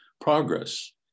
progress